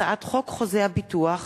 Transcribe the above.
הצעת חוק חוזה הביטוח